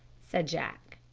said jack.